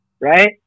right